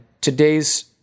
today's